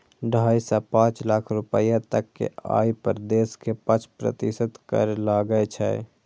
ढाइ सं पांच लाख रुपैया तक के आय पर देश मे पांच प्रतिशत कर लागै छै